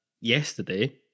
yesterday